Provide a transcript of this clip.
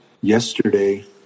Yesterday